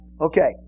Okay